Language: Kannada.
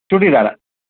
ಚೂಡಿದಾರ